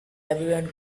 everyone